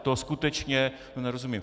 Tomu skutečně nerozumím.